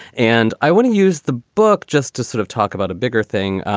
and i wouldn't use the book just to sort of talk about a bigger thing.